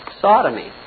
sodomy